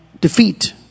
defeat